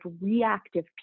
reactive